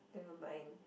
never mind